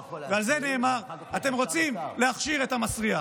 ועל זה נאמר: אתם רוצים להכשיר את המסריח.